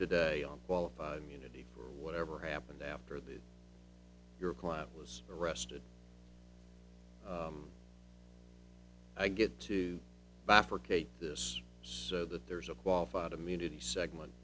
today on qualified immunity for whatever happened after that your client was arrested i get to bifurcate this so that there's a qualified immunity segment